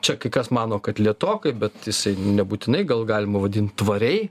čia kai kas mano kad lėtokai bet isai nebūtinai gal galima vadint tvariai